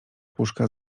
puszka